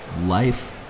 life